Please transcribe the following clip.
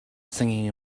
singing